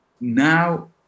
Now